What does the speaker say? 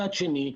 מצד שני,